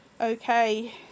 okay